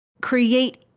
create